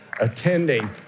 attending